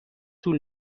طول